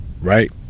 right